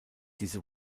diese